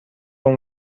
اون